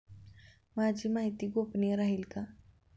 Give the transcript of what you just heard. माझी माहिती गोपनीय राहील का?